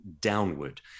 downward